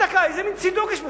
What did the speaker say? איזה מין צידוק יש בזה?